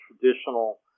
traditional